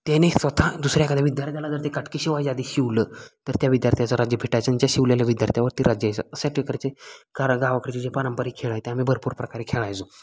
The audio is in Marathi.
त्याने स्वतः दुसऱ्या एखाद्या विद्यार्थ्याला जर ते काटकी शिवायच्या आधी शिवलं तर त्या विद्यार्थ्याचं राज्य फिटायचं आणि ज्या शिवलेल्या विद्यार्थ्यावरती राज्य यायचं अशा प्रकारचे कारा गावाकडचे जे पारंपरिक खेळ आहे ते आम्ही भरपूर प्रकारे खेळायचो